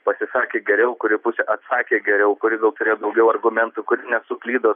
pasisakė geriau kuri pusė atsakė geriau kuri turėjo daugiau argumentų kuri nesuklydo